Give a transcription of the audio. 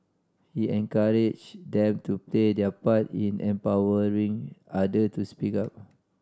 he encouraged them to play their part in empowering other to speak up